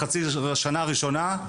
בחצי שנה הראשונה לשירות,